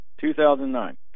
2009